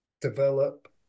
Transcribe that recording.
develop